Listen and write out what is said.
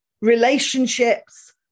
relationships